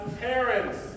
parents